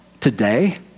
Today